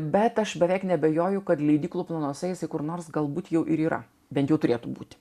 bet aš beveik neabejoju kad leidyklų planuose jisai kur nors galbūt jau ir yra bent jų turėtų būti